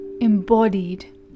embodied